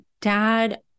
dad